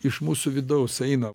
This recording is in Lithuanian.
iš mūsų vidaus eina